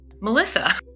Melissa